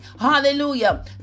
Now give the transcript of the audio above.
Hallelujah